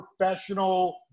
professional